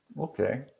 Okay